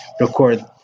record